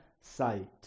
sight